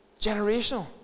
generational